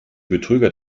betrüger